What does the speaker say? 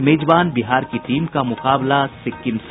मेजबान बिहार की टीम का मुकाबला सिक्किम से